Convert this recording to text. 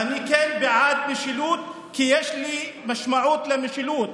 אני כן בעד משילות, כי יש לי משמעות למשילות.